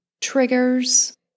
Triggers